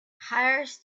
hires